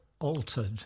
altered